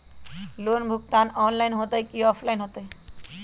Loan भुगतान online होतई कि ऑफलाइन होतई?